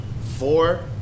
four